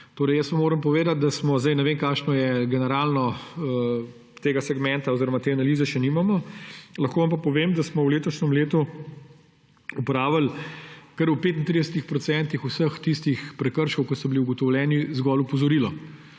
oziroma naše državljane zgolj opozarja. Ne vem, kako je generalno, tega segmenta oziroma te analize še nimamo, lahko vam pa povem, da smo v letošnjem letu opravili v kar 35 % vseh tistih prekrškov, ki so bili ugotovljeni, zgolj opozorilo.